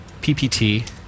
PPT